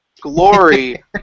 glory